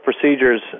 procedures